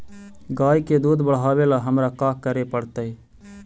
गाय के दुध बढ़ावेला हमरा का करे पड़तई?